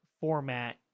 format